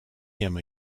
him